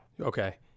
okay